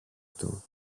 του